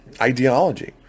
ideology